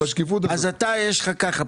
אז אתה יש לך ככה,